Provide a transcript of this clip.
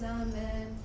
amen